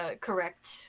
correct